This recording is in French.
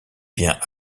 vient